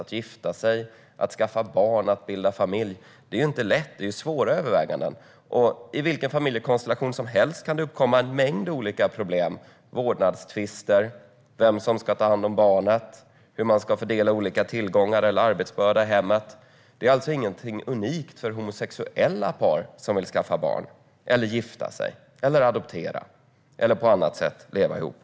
Att gifta sig och att skaffa barn och bilda familj är sådana svåra överväganden. I vilken familjekonstellation som helst kan det uppkomma en mängd olika problem: vårdnadstvister, vem som ska ta hand om barnet, hur man ska fördela olika tillgångar eller arbetsbördan i hemmet. Det är alltså inget unikt för homosexuella par som vill skaffa barn, adoptera, gifta sig eller på annat sätt leva ihop.